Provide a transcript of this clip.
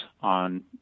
on